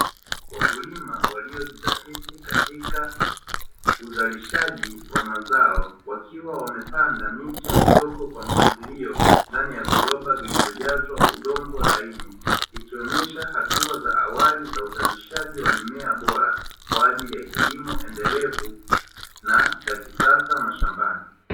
Wakulima waliojizatiti katika uzalishaji wa mazao, wakiwa wamepanda miche midogo kwa mpangilio ndani ya viroba vilivyojazwa udongo laini, ikionyesha hatua za awali za uzalishaji wa mimea bora kwa ajili ya kilimo endelevu na cha kisasa mashambani.